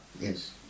Yes